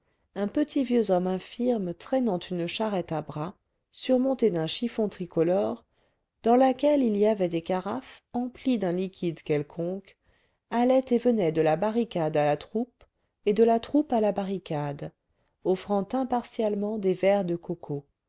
un petit vieux homme infirme traînant une charrette à bras surmontée d'un chiffon tricolore dans laquelle il y avait des carafes emplies d'un liquide quelconque allait et venait de la barricade à la troupe et de la troupe à la barricade offrant impartialement des verres de